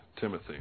Timothy